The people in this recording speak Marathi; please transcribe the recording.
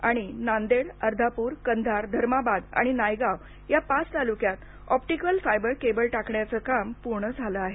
आणि नांदेड अर्धापूर कंधार धर्माबाद आणि नायगांव या पाच तालुक्यात ऑप्टिकल फायबर केबल टाकण्याच काम पूर्ण झालं आहे